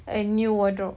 a new wardrobe